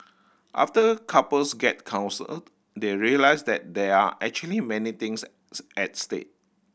after couples get counselled they realise that there are actually many things at stake